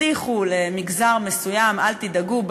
הבטיחו למגזר מסוים: אל תדאגו,